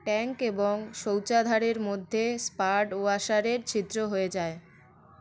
tank এবং শৌচাধারের মধ্যে স্পার্ড ওয়াশারের ছিদ্র হয়ে যায়